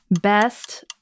Best